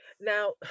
now